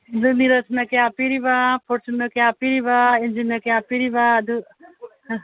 ꯑꯗꯨ ꯅꯤꯔꯖꯅ ꯀꯌꯥ ꯄꯤꯔꯤꯕ ꯐꯣꯔꯆꯨꯟꯅ ꯀꯌꯥ ꯄꯤꯔꯕ ꯏꯟꯖꯤꯟꯅ ꯀꯌꯥ ꯄꯤꯔꯤꯕ ꯑꯗꯨ ꯑ